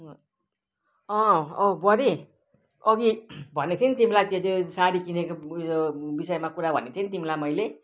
अँ ओ बुहारी अघि भनेको थिएँ तिमीलाई त्यो त साडी किनेको उयो विषयमा कुरा भनेको थिएँ नि तिमीलाई मैले